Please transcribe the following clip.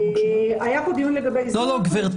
היה פה דיון לגבי --- גברתי,